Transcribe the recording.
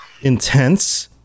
intense